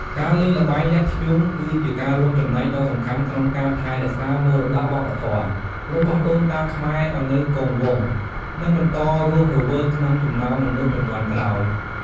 ការលេងល្បែងលាក់ធ្យូង គឺជាការរួមចំណែកដ៏សំខាន់ក្នុងការ ថែរក្សាមរតកវប្បធម៌ របស់ដូនតាខ្មែរឲ្យនៅគង់វង្ស និងបន្តរស់រវើកក្នុងចំណោមមនុស្សជំនាន់ក្រោយ។